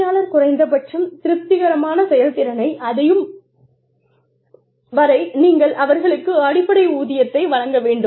பணியாளர் குறைந்தபட்சம் திருப்திகரமான செயல்திறனை அதையும் வரை நீங்கள் அவர்களுக்கு அடிப்படை ஊதியத்தை வழங்க வேண்டும்